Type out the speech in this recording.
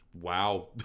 Wow